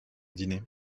dîner